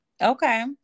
okay